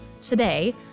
today